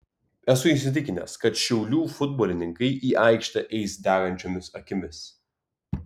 esu įsitikinęs kad šiaulių futbolininkai į aikštę eis degančiomis akimis